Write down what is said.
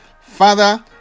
Father